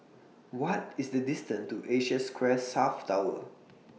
What IS The distance to Asia Square South Tower